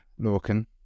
Lorcan